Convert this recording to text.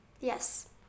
yes